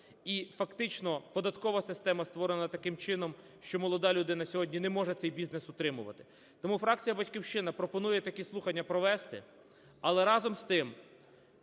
і фактично податкова система створена таким чином, що молода людина сьогодні не може цей бізнес утримувати. Тому фракція "Батьківщина" пропонує такі слухання провести, але, разом з тим,